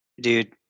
dude